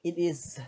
it is